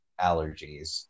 allergies